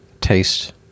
taste